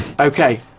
Okay